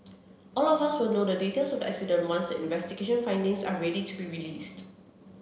all of us will know the details of the accident once the investigation findings are ready to be released